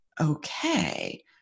okay